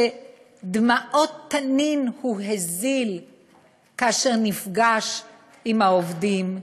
שהזיל דמעות תנין כאשר נפגש עם העובדים,